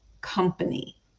company